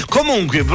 Comunque